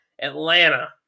Atlanta